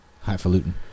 Highfalutin